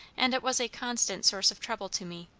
and it was a constant source of trouble to me.